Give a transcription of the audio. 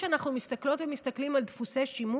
אנחנו מסתכלות ומסתכלים בפירוש על דפוסי שימוש,